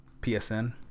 PSN